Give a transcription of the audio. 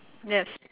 yes